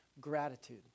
gratitude